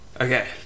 Okay